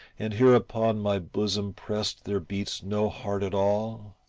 and here upon my bosom prest there beats no heart at all?